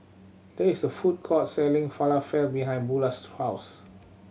there is a food court selling Falafel behind Bulah's house